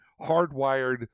hardwired